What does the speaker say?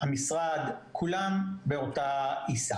המשרד כולם באותה עיסה.